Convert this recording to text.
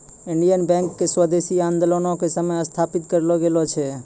Indian bank के स्वदेशी आन्दोलनो के समय स्थापित करलो गेलो छै